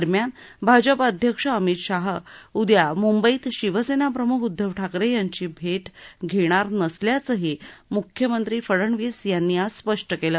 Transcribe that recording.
दरम्यान भाजप अध्यक्ष अमित शाह उद्या मुंबईत शिवसेना प्रमुख उद्दव ठाकरे यांची भेट घेणार नसल्याचंही मुख्यमंत्री फडणवीस यांनी आज स्पष्ट केलं